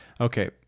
okay